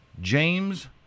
James